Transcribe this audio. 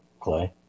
Clay